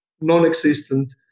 non-existent